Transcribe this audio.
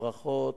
הברחות,